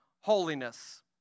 holiness